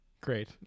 Great